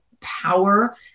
power